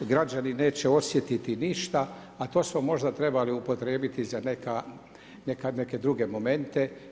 Građani neće osjetiti ništa, a to smo možda trebali upotrijebiti za neke druge momente.